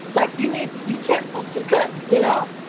like, you need utensils to cook, you know?